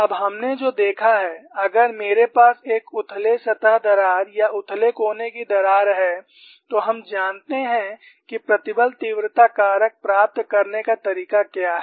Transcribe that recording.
अब हमने जो देखा है अगर मेरे पास एक उथले सतह दरार या उथले कोने की दरार है तो हम जानते हैं कि प्रतिबल तीव्रता कारक प्राप्त करने का तरीका क्या है